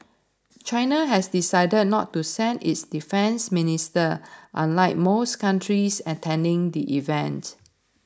China has decided not to send its defence minister unlike most countries attending the event